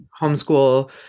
homeschool